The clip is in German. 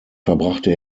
verbrachte